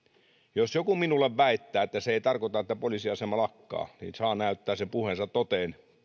jos joku minulle väittää että se ei tarkoita että poliisiasema lakkaa niin saa näyttää sen puheensa toteen